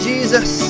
Jesus